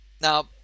Now